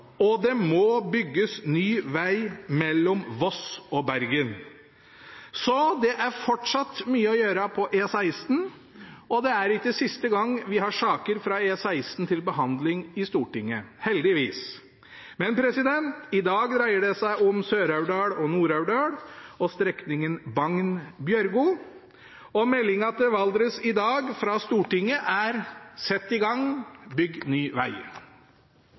og det må bygges ny veg mellom Voss og Bergen. Så det er fortsatt mye å gjøre på E16, og det er ikke siste gang vi har saker fra E16 til behandling i Stortinget, heldigvis. Men i dag dreier det seg om Sør-Aurdal og Nord-Aurdal og strekningen Bagn–Bjørgo, og meldingen til Valdres i dag fra Stortinget er: Sett i gang – bygg ny